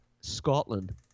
Scotland